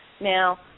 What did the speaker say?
Now